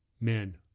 men